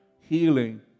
healing